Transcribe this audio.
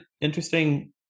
interesting